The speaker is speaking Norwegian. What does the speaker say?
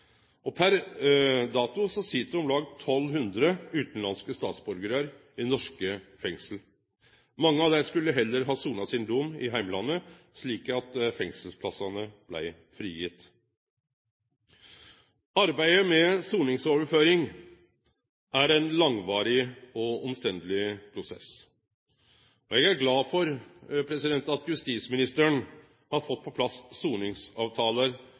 Per dato sit det om lag 1 200 utanlandske statsborgarar i norske fengsel. Mange av dei skulle heller ha sona sin dom i heimlandet, slik at fengselsplassane blei frigitte. Arbeidet med soningsoverføring er ein langvarig og omstendeleg prosess. Eg er glad for at justisministeren har fått på plass